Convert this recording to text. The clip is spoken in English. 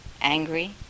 angry